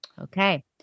Okay